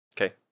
okay